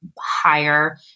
higher